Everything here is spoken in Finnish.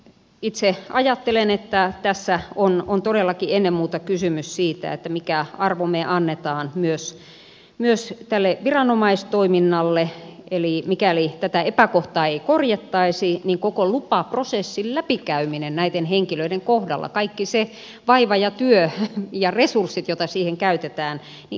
itse ajattelen että tässä on todellakin ennen muuta kysymys siitä minkä arvon me annamme myös tälle viranomaistoiminnalle eli mikäli tätä epäkohtaa ei korjattaisi koko lupaprosessin läpikäyminen näiden henkilöiden kohdalla kaikki se vaiva ja työ ja resurssit joita siihen käytetään olisi aika lailla turhaa